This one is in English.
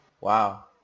Wow